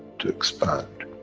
to expand,